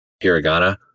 hiragana